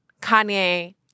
Kanye